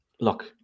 look